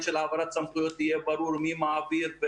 של העברת סמכויות יהיה ברור מי מעביר,